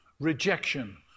rejection